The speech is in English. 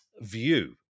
view